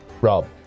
Rob